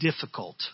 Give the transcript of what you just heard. difficult